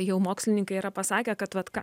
jau mokslininkai yra pasakę kad vat ką